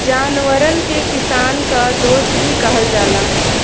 जानवरन के किसान क दोस्त भी कहल जाला